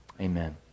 amen